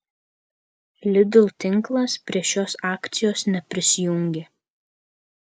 lidl tinklas prie šios akcijos neprisijungė